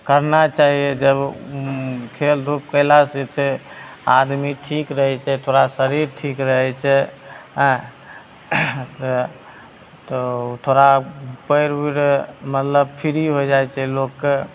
करना चाहिए जब हम खेलधूप कएलासे छै आदमी ठीक रहै छै थोड़ा शरीर ठीक रहै छै हेँ तऽ ओ थोड़ा पाएर उर मतलब फ्री होइ जाइ छै लोकके